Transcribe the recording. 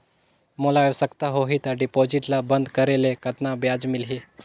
मोला आवश्यकता होही त डिपॉजिट ल बंद करे ले कतना ब्याज मिलही?